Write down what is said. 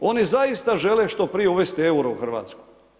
Oni zaista žele što prije uvesti euro u Hrvatsku.